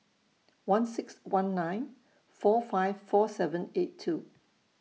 one six one nine four five four seven eight two